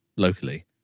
locally